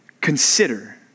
consider